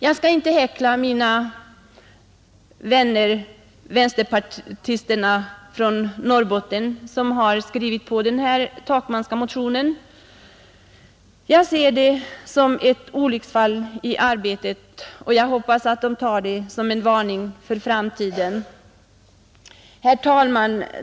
Jag skall inte häckla mina vänner vänsterpartisterna från Norrbotten, som har skrivit på den Takmanska motionen. Jag ser det som ett olycksfall i arbetet, och jag hoppas att de tar det som en varning för framtiden. Herr talman!